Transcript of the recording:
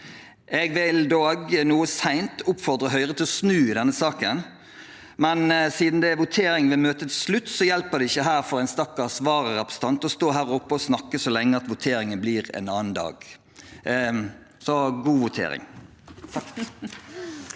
Jeg vil, noe sent, oppfordre Høyre til å snu i denne saken. Men siden det er votering ved møtets slutt, hjelper det ikke for en stakkars vararepresentant å stå her oppe og snakke så lenge at voteringen blir en annen dag. – Så god votering!